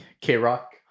K-Rock